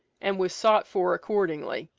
and was sought for accordingly.